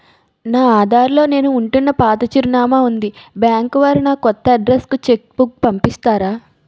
నా ఆధార్ లో నేను ఉంటున్న పాత చిరునామా వుంది బ్యాంకు వారు నా కొత్త అడ్రెస్ కు చెక్ బుక్ పంపిస్తారా?